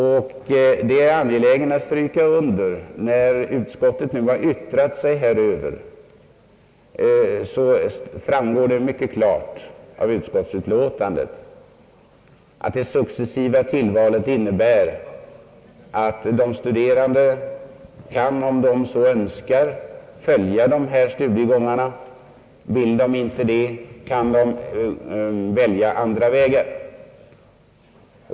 Jag är angelägen att stryka under, när utskottet nu yttrat sig häröver, att det framgår mycket klart av utlåtandet att det successiva tillvalet innebär, att de studerande kan följa dessa studiegångar om de så önskar, men om de inte vill kan de välja andra vägar.